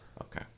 Okay